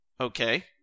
okay